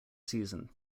season